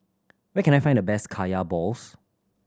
where can I find the best Kaya balls